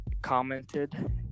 commented